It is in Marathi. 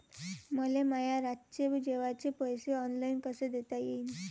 मले माया रातचे जेवाचे पैसे ऑनलाईन कसे देता येईन?